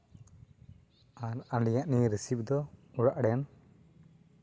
ᱟᱨ ᱟᱞᱮᱭᱟᱜ ᱱᱤᱭᱟᱹ ᱨᱮᱥᱤᱯᱤ ᱫᱚ ᱚᱲᱟᱜ ᱨᱮᱱ